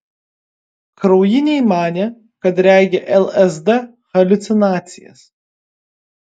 kraujiniai manė kad regi lsd haliucinacijas